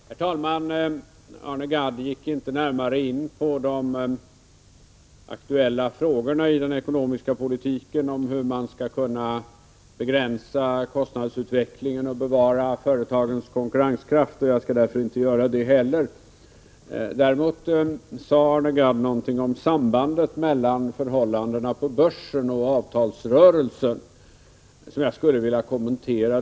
Herr talman! Arne Gadd gick inte närmare in på de aktuella frågorna i den ekonomiska politiken om hur man skall kunna begränsa kostnadsutvecklingen och bevara företagens konkurrenskraft. Jag skall därför inte göra det heller. Däremot sade Arne Gadd någonting om sambandet mellan förhållandena på börsen och avtalsrörelsen, som jag skulle vilja kommentera.